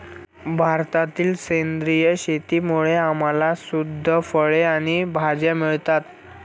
भारतातील सेंद्रिय शेतीमुळे आम्हाला शुद्ध फळे आणि भाज्या मिळतात